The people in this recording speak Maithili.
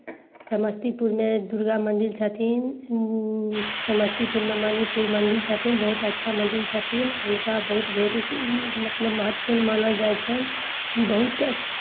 समस्तीपुरमे दुर्गा मन्दिर छथिन समस्तीपुरमे मन्निपुर मन्दिर छथिन बहुत अच्छा मन्दिर छथिन हुनका बहुत भेल्यू मतलब महत्वपूर्ण मानल जाइ छनि बहुत